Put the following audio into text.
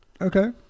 Okay